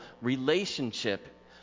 relationship